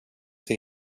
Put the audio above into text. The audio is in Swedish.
till